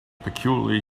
peculiarly